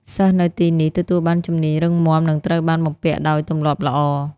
សិស្សនៅទីនេះទទួលបានជំនាញរឹងមាំនិងត្រូវបានបំពាក់ដោយទម្លាប់ល្អ។